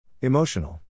Emotional